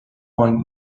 point